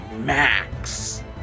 Max